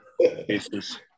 cases